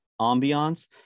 ambiance